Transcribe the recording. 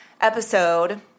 episode